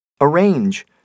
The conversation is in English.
Arrange